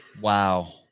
Wow